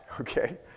okay